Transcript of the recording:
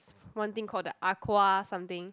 one thing called the aqua something